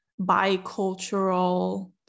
bicultural